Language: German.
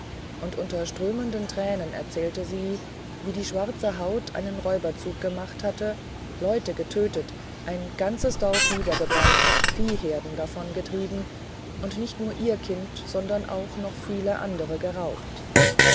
und unter strömenden tränen erzählte sie wie die schwarze haut einen räuberzug gemacht hatte leute getötet ein ganzes dorf niedergebrannt viehherden davongetrieben und nicht nur ihr kind sondern noch viele andere geraubt